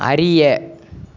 அறிய